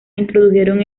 introdujeron